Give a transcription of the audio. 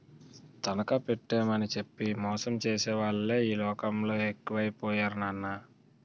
తనఖా పెట్టేమని చెప్పి మోసం చేసేవాళ్ళే ఈ లోకంలో ఎక్కువై పోయారు నాన్నా